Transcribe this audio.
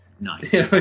Nice